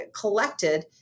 collected